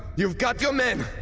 you've got your men.